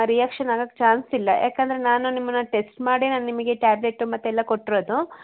reaction ಆಗಕ್ಕೆ chance ಇಲ್ಲ ಯಾಕಂದರೆ ನಾನು ನಿಮ್ಮನ್ನು ಟೆಸ್ಟ್ ಮಾಡೇ ನಾನು ನಿಮಗೆ ಟ್ಯಾಬ್ಲೇಟು ಮತ್ತೆ ಎಲ್ಲ ಕೊಟ್ಟಿರೋದು